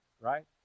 right